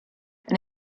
and